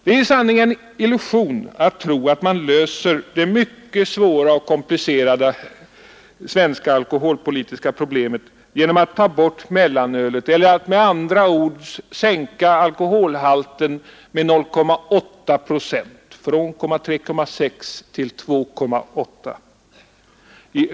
Det är i sanning en illusion att tro att man löser det mycket svåra och komplicerade svenska alkoholpolitiska problemet genom att ta bort mellanölet, eller att med andra ord sänka alkoholhalten i öl med 0,8 procent, från 3,6 till 2,8 procent.